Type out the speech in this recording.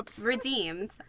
redeemed